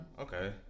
Okay